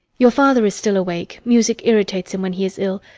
your father is still awake. music irritates him when he is ill,